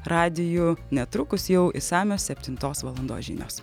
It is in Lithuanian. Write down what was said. radiju netrukus jau išsamios septintos valandos žinios